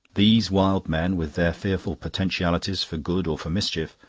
these wild men, with their fearful potentialities for good or for mischief,